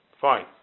fine